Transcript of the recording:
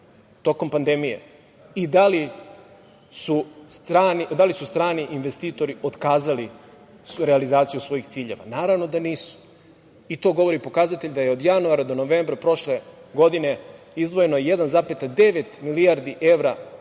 tokom pandemije i da li su strani investitori otkazali realizaciju svojih ciljeva? Naravno da nisu. I to govori pokazatelj da je od januara do novembra prošle godine izdvojeno 1,9 milijardi evra